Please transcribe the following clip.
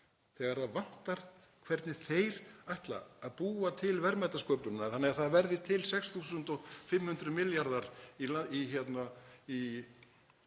þegar það vantar hvernig þeir ætla að búa til verðmætasköpunina þannig að það verði til 6.500 milljarðar í